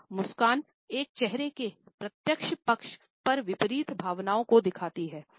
यह मुस्कान एक चेहरे के प्रत्येक पक्ष पर विपरीत भावनाओं को दिखाती है